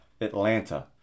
Atlanta